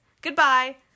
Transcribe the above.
Goodbye